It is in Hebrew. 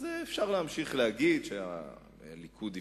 אז אפשר להמשיך להגיד שהליכוד הפסיד,